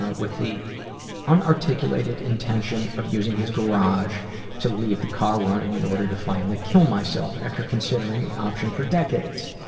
ah with the unarticulated intention of using his garage to leave the car running in order to finally kill myself, after considering the option for decades.